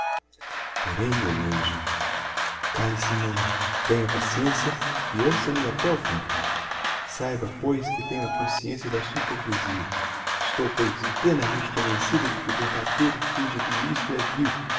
porém meu anjo cale-se mamã tenha paciencia e oiça me até ao fim saiba pois que tenho a consciencia da sua hypocrisia estou pois plenamente convencida de que o verdadeiro fim de tudo isto é vil